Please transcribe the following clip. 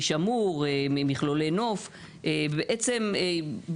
ניחא כל פרק נידון בוועדה אחרת,